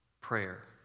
Prayer